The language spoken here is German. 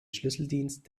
schlüsseldienst